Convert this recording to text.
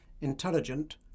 intelligent